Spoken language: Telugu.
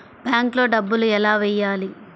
బ్యాంక్లో డబ్బులు ఎలా వెయ్యాలి?